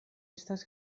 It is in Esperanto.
estas